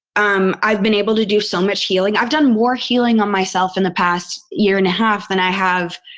um i've been able to do so much healing. i've done more healing on myself in the past year and a half than i have